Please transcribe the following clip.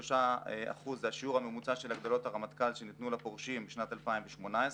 9.53% זה השיעור הממוצע של הגדלות הרמטכ"ל שניתנו לפורשים בשנת 2018,